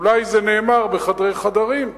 אולי זה נאמר בחדרי חדרים,